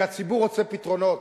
כי הציבור רוצה פתרונות.